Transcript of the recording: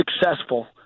successful